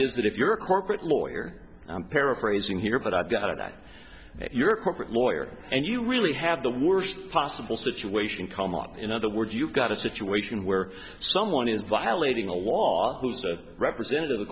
is that if you're a corporate lawyer paraphrasing here but i've got it at your corporate lawyer and you really have the worst possible situation come up in other words you've got a situation where someone is violating a law who is a representative